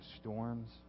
storms